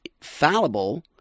fallible